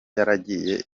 yaragiye